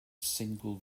single